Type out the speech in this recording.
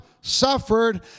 suffered